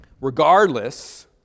Regardless